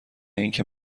اینکه